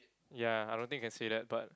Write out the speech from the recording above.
ya I don't think you can say that but